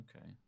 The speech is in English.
okay